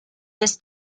this